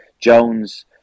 Jones